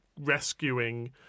rescuing